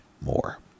more